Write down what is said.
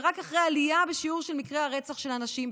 ורק אחרי עלייה בשיעור מקרי הרצח של הנשים,